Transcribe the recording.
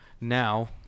Now